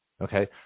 Okay